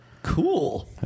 cool